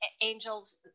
angels